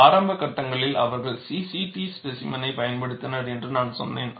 ஆரம்ப கட்டங்களில் அவர்கள் CCT ஸ்பேசிமெனைப் பயன்படுத்தினர் என்று நான் சொன்னேன்